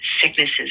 sicknesses